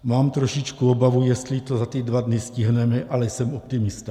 Mám trošičku obavu, jestli to za ty dva dny stihneme, ale jsem optimista.